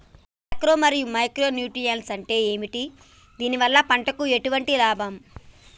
Macro మరియు micro nutrients అంటే ఏమిటి? దీనివల్ల పంటకు ఎటువంటి లాభం?